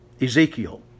Ezekiel